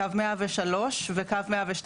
קו 103 וקו 102,